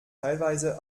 teilweise